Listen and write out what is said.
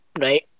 Right